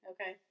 Okay